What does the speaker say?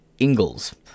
Ingalls